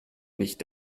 nicht